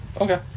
Okay